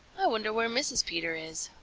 i wonder where mrs. peter is.